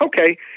Okay